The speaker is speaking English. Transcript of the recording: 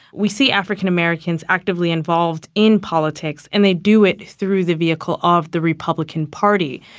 we see african americans actively involved in politics and they do it through the vehicle of the republican party.